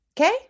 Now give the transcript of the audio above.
Okay